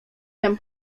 tem